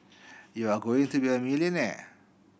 you're going to be a millionaire